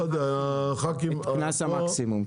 את קנס מקסימום,